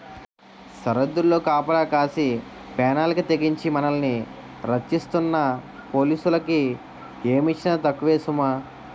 సరద్దుల్లో కాపలా కాసి పేనాలకి తెగించి మనల్ని రచ్చిస్తున్న పోలీసులకి ఏమిచ్చినా తక్కువే సుమా